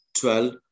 twelve